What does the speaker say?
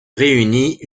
réunit